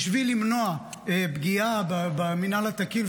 בשביל למנוע פגיעה במינהל התקין,